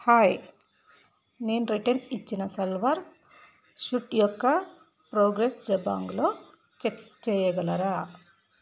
hi నేను return ఇచ్చిన salwar suit యొక్క ప్రోగ్రెస్ జబాంగులో చెక్ చేయగలరా